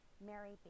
Mary